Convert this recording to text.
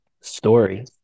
story